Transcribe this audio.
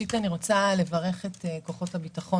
ראשית אני רוצה לברך את כוחות הביטחון